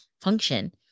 function